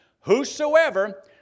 whosoever